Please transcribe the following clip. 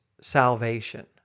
salvation